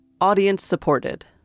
Audience-Supported